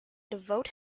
devote